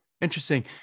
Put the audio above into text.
Interesting